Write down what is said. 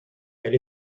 elle